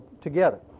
together